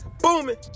booming